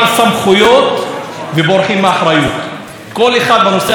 כל אחד בנושא אחריות אומר: זה לא בסמכות שלי,